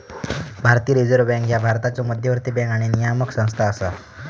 भारतीय reserve bank ह्या भारताचो मध्यवर्ती बँक आणि नियामक संस्था असा